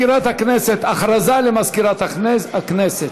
הודעה למזכירת הכנסת.